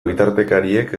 bitartekariek